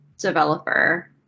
developer